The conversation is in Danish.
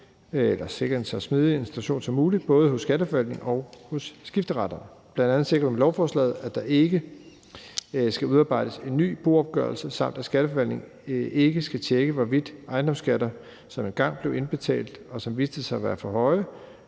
som sikrer en så smidig administration som muligt hos både Skatteforvaltningen og hos skifteretterne. Bl.a. sikrer vi med lovforslaget, at der ikke skal udarbejdes en ny boopgørelse, samt at Skatteforvaltningen ikke skal tjekke, hvorvidt ejendomsskatter, som engang blev indbetalt, og som viste sig at være for høje,